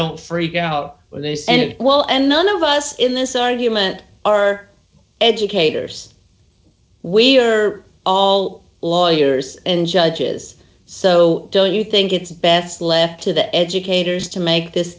don't freak out and well and none of us in this argument are educators we are all lawyers and judges so don't you think it's best left to the educators to make this